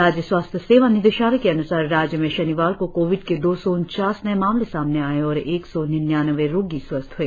राज्य स्वास्थ्य सेवा निदेशालय के अन्सार राज्य में शनिवार को कोविड के दो सौ उनचास नए मामले सामने आए और एक सौ निन्यानवे रोगी स्वस्थ हए